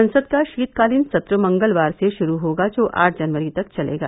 संसद का शीतकालीन सत्र मंगलवार से शुरू होगा जो आठ जनवरी तक चलेगा